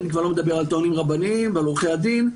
ואני כבר לא מדבר על טוענים רבניים ועל עורכי הדין.